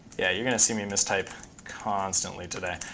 yeah, you're going to see me in mistype constantly today.